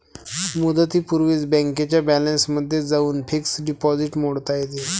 मुदतीपूर्वीच बँकेच्या बॅलन्समध्ये जाऊन फिक्स्ड डिपॉझिट मोडता येते